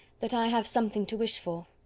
that i have something to wish for.